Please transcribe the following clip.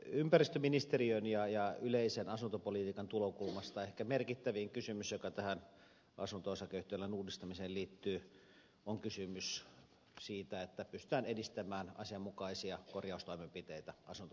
ympäristöministeriön ja yleisen asuntopolitiikan tulokulmasta ehkä merkittävin kysymys joka tähän asunto osakeyhtiölain uudistamiseen liittyy on kysymys siitä että pystytään edistämään asianmukaisia korjaustoimenpiteitä asunto osakeyhtiöissä